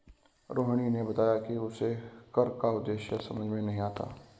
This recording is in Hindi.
रोहिणी ने बताया कि उसे कर का उद्देश्य समझ में नहीं आता है